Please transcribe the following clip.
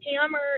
hammer